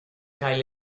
cael